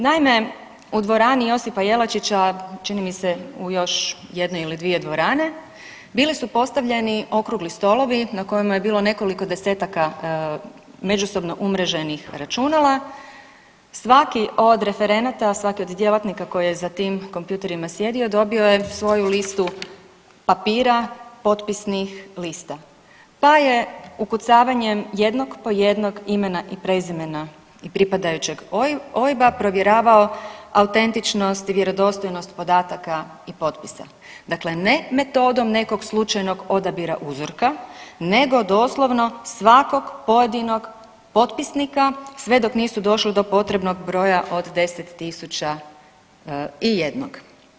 Naime, u dvorani „Josipa Jelačića“, čini mi se u još jednoj ili dvije dvorane bili su postavljeni okrugli stolovi na kojima je bilo nekoliko 10-taka međusobno umreženih računala, svaki od referenata, svaki od djelatnika koji je za tim kompjuterima sjedio dobio je svoju listu papira potpisnih lista, pa je ukucavanjem jednog po jednog imena i prezimena i pripadajućeg OIB-a provjeravao autentičnost i vjerodostojnost podataka i potpisa, dakle ne metodom nekog slučajnog odabira uzorka nego doslovno svakog pojedinog potpisnika sve dok nisu došli do potrebnog broja od 10.000 i jednog.